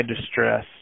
distress